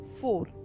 four